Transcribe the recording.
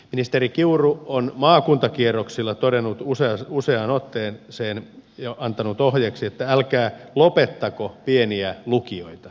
ministeri kiuru on maakuntakierroksilla todennut useaan otteeseen ja antanut ohjeeksi että älkää lopettako pieniä lukioita